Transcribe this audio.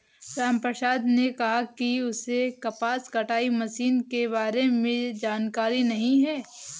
रामप्रसाद ने कहा कि उसे कपास कटाई मशीन के बारे में जानकारी नहीं है